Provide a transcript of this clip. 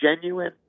genuine